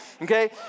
Okay